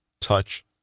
touch